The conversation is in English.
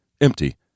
empty